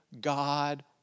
God